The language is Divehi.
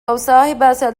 ޞައްލަﷲ